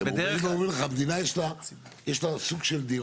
הם באים ואומרים לך שלמדינה יש דירות שהיא